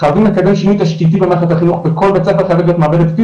חייבים לקדם שינוי תשתיתי במערכת החינוך,